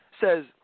Says